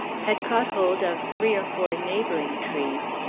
had caught hold of three or four neighboring trees,